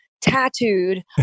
tattooed